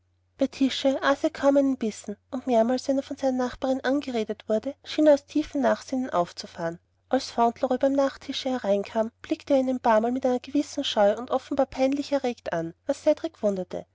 er kaum einen bissen und mehrmals wenn er von seiner nachbarin angeredet wurde schien er aus tiefem nachsinnen aufzufahren als fauntleroy beim nachtische hereinkam blickte er ihn ein paarmal mit einer gewissen scheu und offenbar peinlich erregt an was cedrik wunderte